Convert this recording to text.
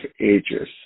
ages